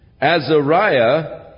Azariah